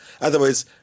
otherwise